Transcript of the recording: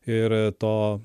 ir to